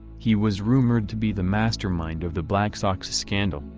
he was rumored to be the mastermind of the black sox scandal,